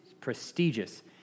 prestigious